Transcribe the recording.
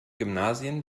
gymnasien